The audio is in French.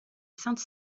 sainte